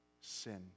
sin